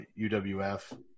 UWF